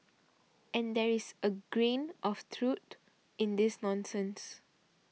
and there is a grain of truth in this nonsense